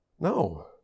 No